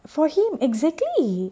for him exactly